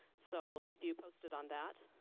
so we'll keep you posted on that.